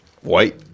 White